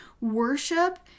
worship